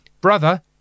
Brother